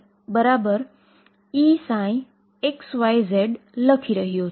આપણે જાણી શકતા નથી કે તે એમ્પ્લીટ્યુડ નો અર્થ શું છે